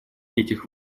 этих